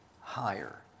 higher